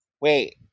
wait